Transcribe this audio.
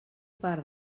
part